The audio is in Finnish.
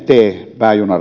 t pääjunaradan